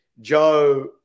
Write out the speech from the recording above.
Joe